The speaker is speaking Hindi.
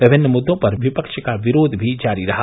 विभिन्न मुद्दों पर विपक्ष का विरोध भी जारी रहा